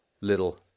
little